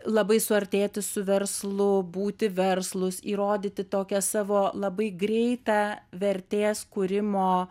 labai suartėti su verslu būti verslūs įrodyti tokią savo labai greitą vertės kūrimo